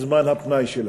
זמן הפנאי שלהם.